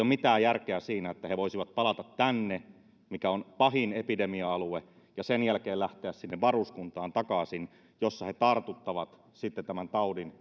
mitään järkeä siinä että he voisivat palata tänne missä on pahin epidemia alue ja sen jälkeen lähteä sinne varuskuntaan takaisin jossa he tartuttavat sitten tämän taudin